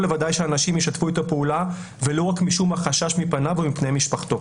לוודאי שאנשים ישתפו אתו פעולה ולו רק משום החשש מפניו ומבני משפחתו.